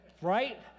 Right